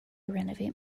renovate